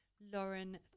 Lauren